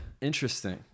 interesting